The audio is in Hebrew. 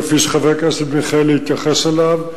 כפי שחבר הכנסת מיכאלי התייחס אליו,